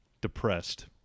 depressed